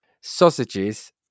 sausages